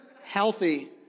healthy